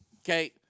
Okay